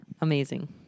Amazing